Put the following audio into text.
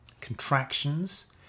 contractions